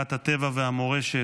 שמירת הטבע והמורשת,